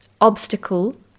obstacle